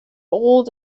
old